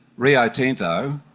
rio tinto,